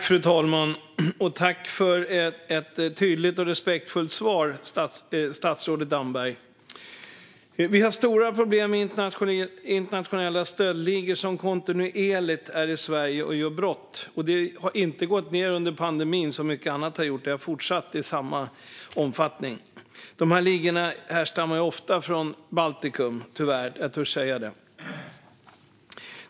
Fru talman! Tack för ett tydligt och respektfullt svar, statsrådet Damberg! Vi har stora problem med internationella stöldligor som kontinuerligt är i Sverige och gör brott. Detta har inte som mycket annat minskat under pandemin utan fortsatt i samma omfattning. Dessa ligor härstammar tyvärr ofta från Baltikum.